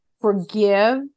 forgive